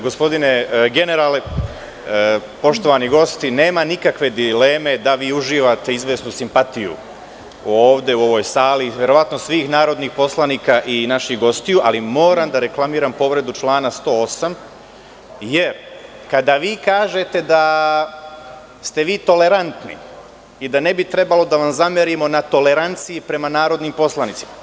Gospodine generale, poštovani gosti, nema nikakve dileme da vi uživate izvesnu simpatiju u ovoj sali svih narodnih poslanika i naših gostiju, ali moram da reklamiram povredu člana 108, jer kada vi kažete da ste vi tolerantni i da ne bi trebalo da vam zamerimo na toleranciji prema narodnim poslanicima…